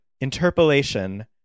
interpolation